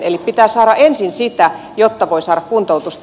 eli pitää saada ensin sitä jotta voi saada kuntoutusta